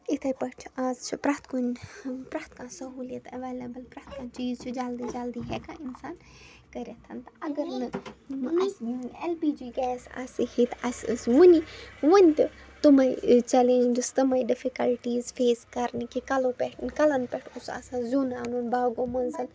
یِتھَے پٲٹھۍ چھِ آز چھِ پرٛٮ۪تھ کُنہِ پرٛٮ۪تھ کانٛہہ سہوٗلیت اٮ۪وٮ۪لیبٕل پرٛٮ۪تھ کانٛہہ چیٖز چھِ جلدی جلدی ہٮ۪کان اِنسان کٔرِتھ تہٕ اَگر نہٕ وۄنۍ اَسہِ اٮ۪ل پی جی گیس آسہِ ہے تہٕ اَسہِ ٲس وٕنہِ وٕنۍ تہِ تِمَے چَلینجٕس تِمَے ڈِفِکَلٹیٖز فیس کَرنہِ کہِ کَلو پٮ۪ٹھ کَلَن پٮ۪ٹھ اوس آسان زیُن اَنُن باغو منٛز